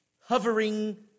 hovering